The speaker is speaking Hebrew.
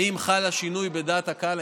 האם חל שינוי בדעת הקהל?